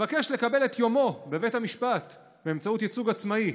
מבקש לקבל את יומו בבית המשפט באמצעות ייצוג עצמאי.